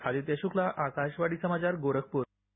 आदित्य श्क्ला आकाशवाणी समाचार गोरखप्र